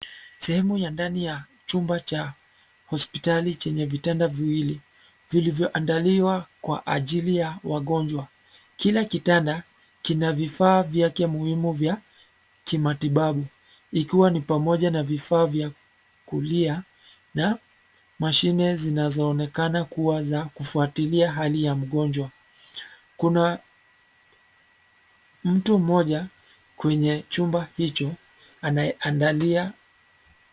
Sehemu ya ndani ya chumba cha hospitali chenye vitanda viwili vilivyoandaliwa kwa ajili ya wagonjwa. Kila kitanda kina vifaa vyake muhimu vya kimatibabu ikiwa ni pamoja na vifaa vya kulia na mashine zinazoonekana kuwa za kufuatilia hali ya mgonjwa. Kuna mtu mmoja kwenye chumba hicho anayeandalia.